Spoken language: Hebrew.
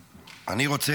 לי,